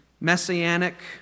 messianic